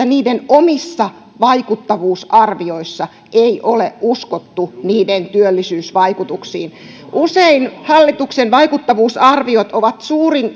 niiden omissa vaikuttavuusarvioissa ei ole uskottu niiden työllisyysvaikutuksiin usein hallituksen vaikuttavuusarviot ovat suurin